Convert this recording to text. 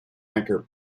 anchor